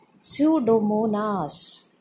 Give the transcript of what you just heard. pseudomonas